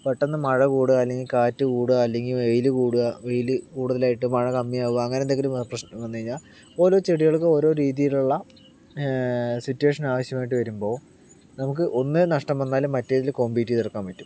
പെട്ടന്ന് മഴ കൂടാ അല്ലെങ്കി കാറ്റ് കൂടാ അല്ലെങ്കി വെയില് കൂടാ വെയില് കൂടുതലായിട്ട് മഴ കമ്മിയാകുക അങ്ങനെന്തെങ്കിലും പ്രശ്നം വന്ന് കഴിഞ്ഞാൽ ഓരോ ചെടികൾക്കും ഓരോ രീതിയിലുള്ള സിറ്റുവേഷൻ അവശ്യമായിട്ട് വരുമ്പോൾ നമുക്ക് ഒന്നില് നഷ്ടം വന്നാലും മറ്റേതില് കോംപീറ്റ് ചെയ്തെടുക്കാൻ പറ്റും